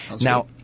Now